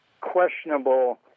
questionable